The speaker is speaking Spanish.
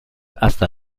hasta